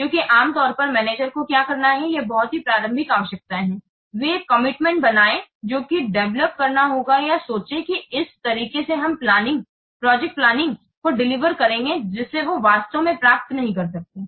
क्योंकि आम तौर पर मैनेजर को क्या करना है ये बहुत ही प्रारंभिक आवश्यकताएं हैं वे एक कमिटमेंट बनाये जो की डेवेलोप करना होगा या सोचे की इस तरीके से हम प्लानिंग प्रोजेक्ट को डिलीवर करेंगे जिसे वे वास्तव में प्राप्त नहीं कर सकते हैं